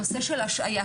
הנושא של השעיה,